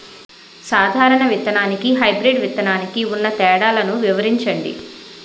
సాధారణ విత్తననికి, హైబ్రిడ్ విత్తనానికి ఉన్న తేడాలను వివరించండి?